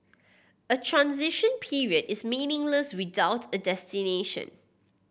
a transition period is meaningless without a destination